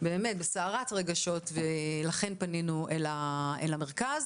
בסערת רגשות, ולכן פנינו את המרכז.